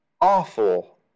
Awful